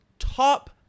top